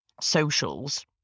socials